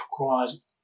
requires